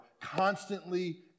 constantly